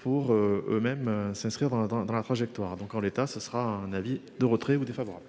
pour eux mêmes s'inscrire dans dans dans la trajectoire donc en l'état, ce sera un avis de retrait ou défavorables.